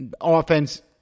offense